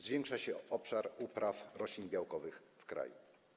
Zwiększa się obszar upraw roślin białkowych w kraju.